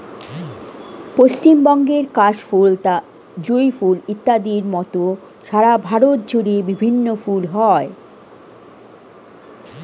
পশ্চিমবঙ্গের কাশ ফুল, জুঁই ফুল ইত্যাদির মত সারা ভারত জুড়ে বিভিন্ন ফুল হয়